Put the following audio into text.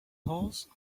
horse